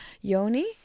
yoni